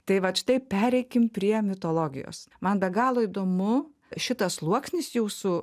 tai vat štai pereikim prie mitologijos man be galo įdomu šitas sluoksnis jūsų